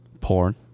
Porn